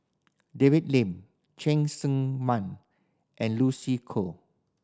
David Lim Cheng Tsang Man and Lucy Koh